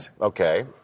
okay